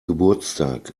geburtstag